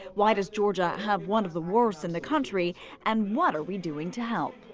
why does georgia have one of the worst in the country and what are we doing to help?